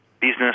business